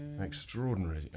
extraordinary